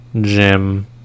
Jim